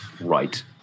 right